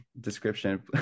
description